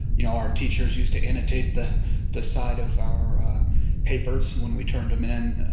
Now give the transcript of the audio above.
you know, our teachers used to annotate the the side of our papers when we turned them in.